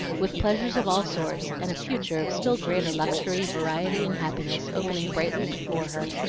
with pleasures of all sorts, and a future of still greater luxury, variety, and happiness, opening brightly before her.